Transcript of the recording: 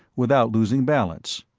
without losing balance.